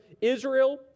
Israel